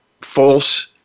false